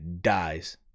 dies